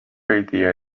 idea